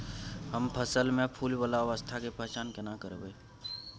हम फसल में फुल वाला अवस्था के पहचान केना करबै?